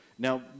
Now